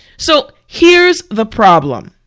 so here's the problem.